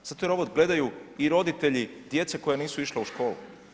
Zato jer ovo gledaju i roditelji djece koja nisu išla u školu.